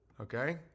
Okay